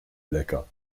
lecker